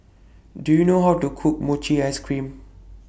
Do YOU know How to Cook Mochi Ice Cream